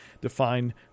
define